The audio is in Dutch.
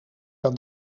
dat